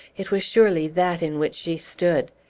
it was surely that in which she stood.